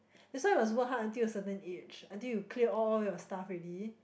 that's why you must work hard until a certain age until you clear all your stuff already